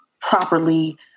properly